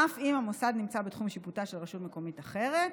אף אם המוסד נמצא בתחום שיפוטה של רשות מקומית אחרת.